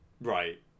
right